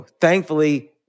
thankfully